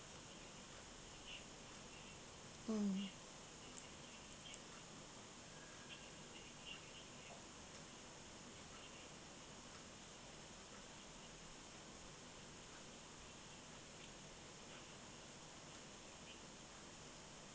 mm